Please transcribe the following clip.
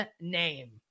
name